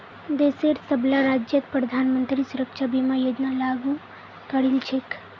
देशेर सबला राज्यत प्रधानमंत्री सुरक्षा बीमा योजना लागू करील छेक